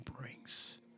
brings